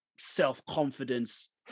self-confidence